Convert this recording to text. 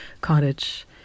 cottage